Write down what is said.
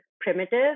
primitive